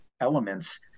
elements